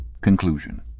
Conclusion